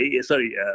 sorry